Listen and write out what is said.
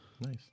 Nice